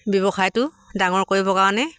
ব্যৱসায়টো ডাঙৰ কৰিবৰ কাৰণে